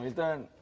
done.